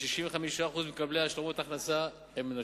ו-65% ממקבלי השלמת הכנסה הם נשים.